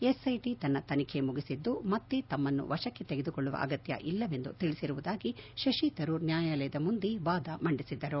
SIT ತನ್ನ ತನಿಖೆ ಮುಗಿಸಿದ್ಲು ಮತ್ತೆ ತಮ್ಮನ್ನು ವಶಕ್ಲೆ ತೆಗೆದುಕೊಳ್ಳುವ ಅಗತ್ಯ ಇಲ್ಲವೆಂದು ತಿಳಿಸಿರುವುದಾಗಿ ಶಶಿತರೂರ್ ನ್ಯಾಯಾಲಯದ ಮುಂದೆ ವಾದ ಮಂಡಿಸಿದ್ದರು